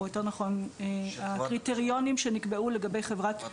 או יותר נכון על הקריטריונים שנקבעו לגבי חברת